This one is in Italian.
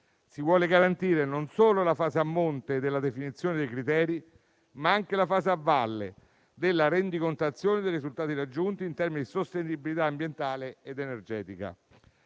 Si vuole quindi garantire non solo la fase a monte della definizione dei criteri, ma anche la fase a valle della rendicontazione dei risultati raggiunti in termini di sostenibilità ambientale ed energetica.